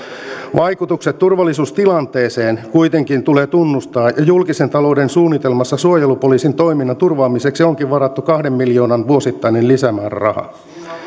vaikutukset turvallisuustilanteeseen kuitenkin tulee tunnustaa ja julkisen talouden suunnitelmassa suojelupoliisin toiminnan turvaamiseksi onkin varattu kahden miljoonan vuosittainen lisämääräraha